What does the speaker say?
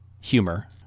humor